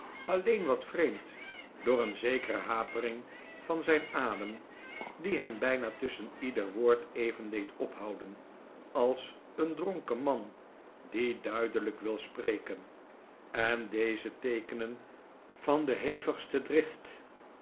alleen wat vreemd door een zekere hapering van zijn adem die hem bijna tusschen ieder woord even deed ophouden als een dronken man die duidelijk wil spreken en deze teekenen van de hevigste drift